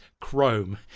Chrome